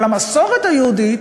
או על המסורת היהודית,